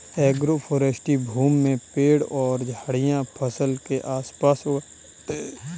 agroforestry भूमि में पेड़ और झाड़ियाँ फसल के आस पास उगाई जाते है